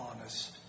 honest